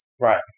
Right